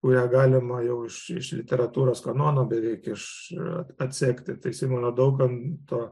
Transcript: kurią galima jau iš iš literatūros kanono beveik iš atsekti tai simono daukanto